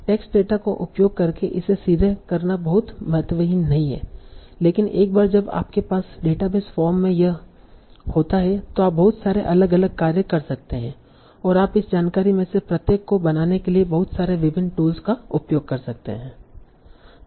text data का उपयोग करके इसे सीधे करना बहुत महत्वहीन नहीं है लेकिन एक बार जब आपके पास डेटाबेस फॉर्म में यह होता है तो आप बहुत सारे अलग अलग कार्य कर सकते हैं और आप इस जानकारी में से प्रत्येक को बनाने के लिए बहुत सारे विभिन्न टूल्स का उपयोग कर सकते हैं